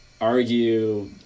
argue